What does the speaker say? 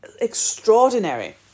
extraordinary